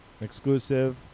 exclusive